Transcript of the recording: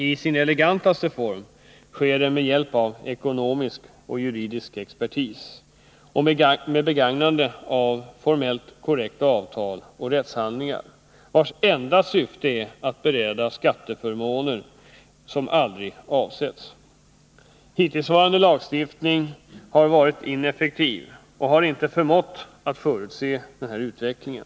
I sin ”elegantaste” form sker det med hjälp av ekonomisk och juridisk expertis och med begagnande av formellt korrekta avtal och rättshandlingar, vilkas enda syfte är att bereda skatteförmåner som aldrig avsetts. Hittillsvarande lagstiftning har varit ineffektiv och har inte förmått att förutse utvecklingen.